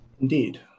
Indeed